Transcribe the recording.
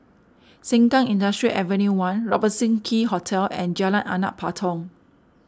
Sengkang Industrial Avenue one Robertson Quay Hotel and Jalan Anak Patong